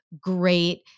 great